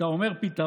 כשאתה אומר "פתרון"